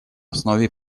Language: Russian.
основе